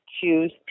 choose